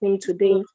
today